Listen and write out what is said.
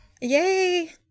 Yay